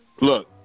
Look